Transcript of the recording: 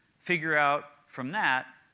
figure out from that,